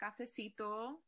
cafecito